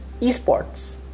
Esports